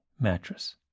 Mattress